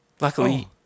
Luckily